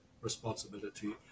responsibility